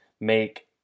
make